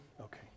okay